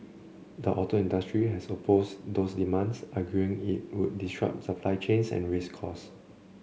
the auto industry has opposed those demands arguing it would disrupt supply chains and raise costs